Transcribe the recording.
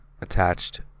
attached